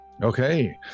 Okay